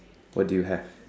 what do you have